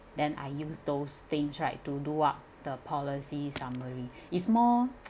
then I use those things right to do up the policy summary is more